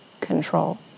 control